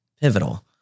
pivotal